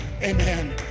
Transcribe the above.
Amen